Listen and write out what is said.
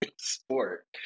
sport